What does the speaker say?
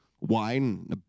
wine